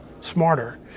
smarter